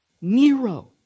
Nero